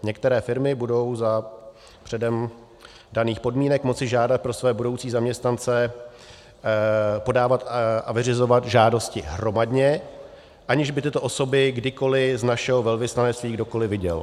Některé firmy budou za předem daných podmínek moci žádat pro své budoucí zaměstnance, podávat a vyřizovat žádosti hromadně, aniž by tyto osoby kdykoliv z našeho velvyslanectví kdokoliv viděl.